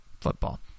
football